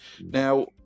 Now